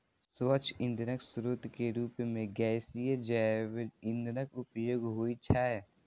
स्वच्छ ईंधनक स्रोत के रूप मे गैसीय जैव ईंधनक उपयोग होइ छै